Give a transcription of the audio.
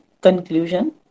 Conclusion